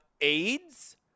AIDS